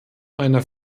einer